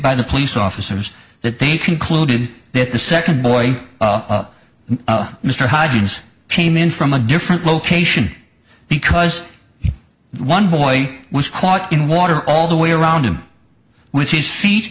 by the police officers that they concluded that the second boy mr hodgins came in from a different location because one boy was caught in water all the way around him with his feet